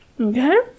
Okay